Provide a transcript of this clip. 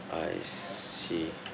I see